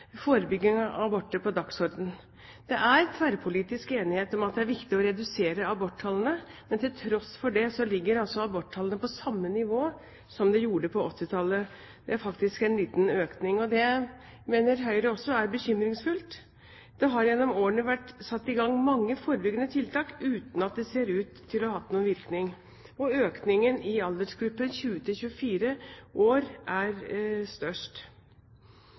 forebygging av abort på dagsordenen. Det er tverrpolitisk enighet om at det er viktig å redusere aborttallene, men til tross for det ligger altså aborttallene på samme nivå som de gjorde på 1980-tallet – ja, det er faktisk en liten økning. Det mener Høyre er bekymringsfullt. Det har gjennom årene vært satt i gang mange forebyggende tiltak uten at de ser ut til å ha hatt noen virkning, og økningen i aldersgruppen 20–24 år er størst,